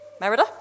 Merida